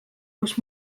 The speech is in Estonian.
kus